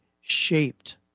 shaped